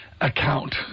account